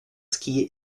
skiën